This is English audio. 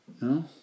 No